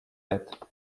jet